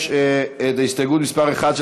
יש את הסתייגות מס' 1,